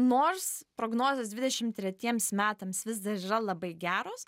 nors prognozės dvidešim tretiems metams vis dar yra labai geros